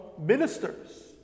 ministers